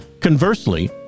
Conversely